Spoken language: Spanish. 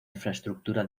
infraestructura